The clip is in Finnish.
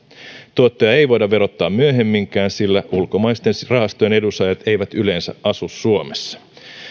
tuottoja ei voida verottaa myöhemminkään sillä ulkomaisten rahastojen edunsaajat eivät yleensä asu suomessa